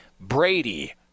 Brady